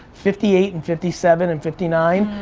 fifty eight and fifty seven and fifty nine,